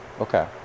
okay